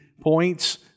points